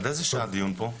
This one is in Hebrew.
עד איזו שעה הדיון פה?